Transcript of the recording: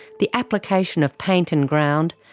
the application of paint and ground,